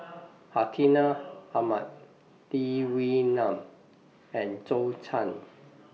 Hartinah Ahmad Lee Wee Nam and Zhou Can